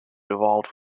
evolved